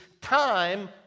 time